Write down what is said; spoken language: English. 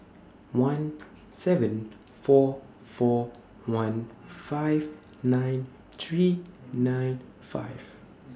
one seven four four one five nine three nine five